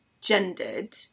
gendered